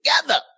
together